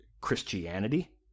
Christianity